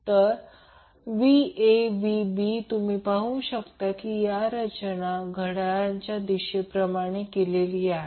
तर VaVbVc तुम्ही पाहू शकता याची रचना घडाळ्याच्या दिशेप्रमाणे केलेली आहे